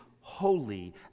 holy